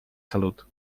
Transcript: salut